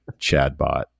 Chadbot